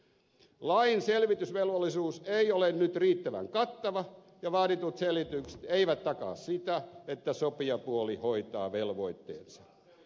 lain selvitysvelvollisuus ei ole nyt riittävän kattava ja vaaditut selvitykset eivät takaa sitä että sopijapuoli hoitaa velvoitteensa